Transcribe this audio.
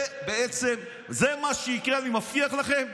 זה מה שיקרה, אני מבטיח לכם,